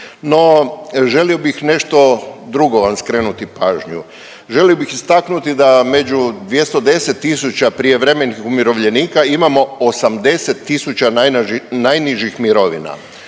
No, želio bih nešto drugo vam skrenuti pažnju. Želio bih istaknuti da među 210 tisuća prijevremenih umirovljenika imamo 80 tisuća najnižih mirovina.